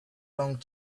long